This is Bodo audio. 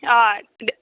अ' दे